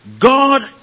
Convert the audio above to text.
God